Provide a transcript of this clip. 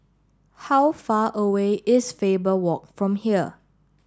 how far away is Faber Walk from here